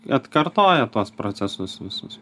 atkartoja tuos procesus visus